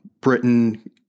Britain